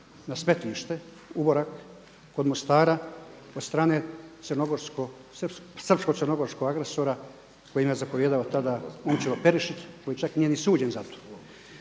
na smetlište Uborak kod Mostara od strane srpsko-crnogorskog agresora kojim je zapovijedao tada Momčilo Perišić koji čak nije ni suđen za to.